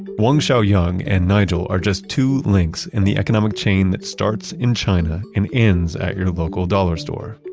wang xiaoyang and nigel are just two links in the economic chain that starts in china and ends at your local dollar store.